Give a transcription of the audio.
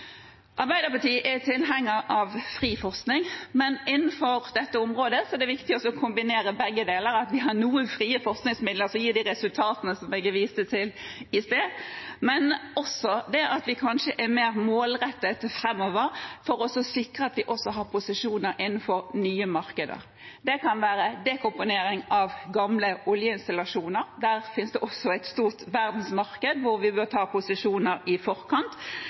Arbeiderpartiet er tilhenger av fri forskning, men innenfor dette området er det viktig å kombinere begge deler – at vi har noen frie forskningsmidler, som gir de resultatene det ble vist til i sted, men også at vi kanskje er mer målrettet framover for å sikre at vi også har posisjoner innenfor nye markeder. Det kan være dekomponering av gamle oljeinstallasjoner – der finnes det et stort verdensmarked, hvor vi bør ta posisjoner i forkant.